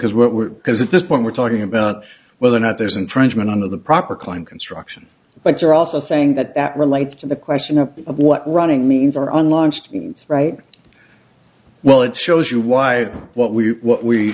because at this point we're talking about whether or not there's infringement under the proper klein construction but you're also saying that that relates to the question of what running means are on launched right well it shows you why what we what we